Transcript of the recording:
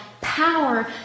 power